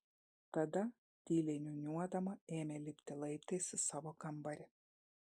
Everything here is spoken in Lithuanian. tada tyliai niūniuodama ėmė lipti laiptais į savo kambarį